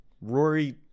Rory